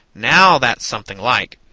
now that's something like!